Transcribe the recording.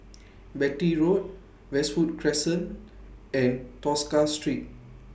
Beatty Road Westwood Crescent and Tosca Street